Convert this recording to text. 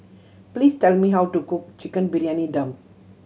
please tell me how to cook Chicken Briyani Dum